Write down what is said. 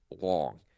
long